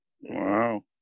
Wow